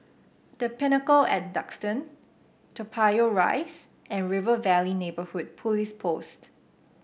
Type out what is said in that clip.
The Pinnacle ay Duxton Toa Payoh Rise and River Valley Neighbourhood Police Post